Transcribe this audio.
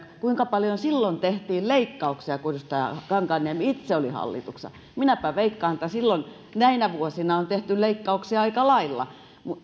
kuinka paljon silloin tehtiin leikkauksia kun edustaja kankaanniemi itse oli hallituksessa minäpä veikkaan että silloin näinä vuosina on tehty leikkauksia aika lailla